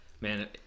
Man